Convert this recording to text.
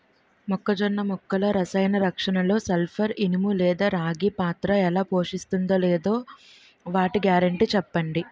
మొక్కజొన్న మొక్కల రసాయన రక్షణలో సల్పర్, ఇనుము లేదా రాగి పాత్ర ఎలా పోషిస్తుందో లేదా వాటి గ్యారంటీ చెప్పండి